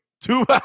Two